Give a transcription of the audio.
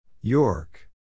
York